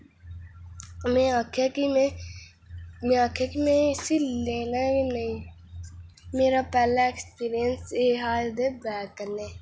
में आक्खेआ कि में में आक्खेआ कि में इसी लैना गै नेईं मेरा पैह्ला एक्सपीरियंस एह् हा कि बैग कन्नै